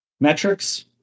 metrics